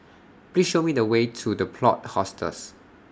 Please Show Me The Way to The Plot Hostels